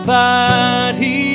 body